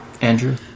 Andrew